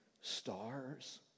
stars